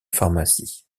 pharmacie